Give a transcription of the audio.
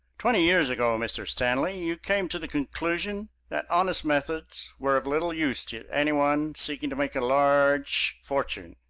twenty years ago, mr. stanley, you came to the conclusion that honest methods were of little use to any one seeking to make a large fortune.